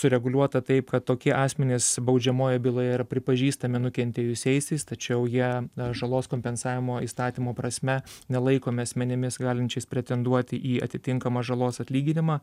sureguliuota taip kad tokie asmenys baudžiamojoj byloje yra pripažįstami nukentėjusiaisiais tačiau jie žalos kompensavimo įstatymo prasme nelaikomi asmenimis galinčiais pretenduoti į atitinkamą žalos atlyginimą